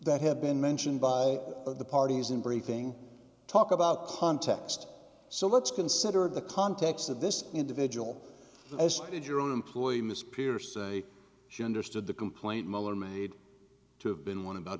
that have been mentioned by the parties in briefing talk about context so let's consider the context of this individual as your employee mr pierce a she understood the complaint miller made to have been one about